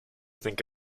think